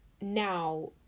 now